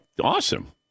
awesome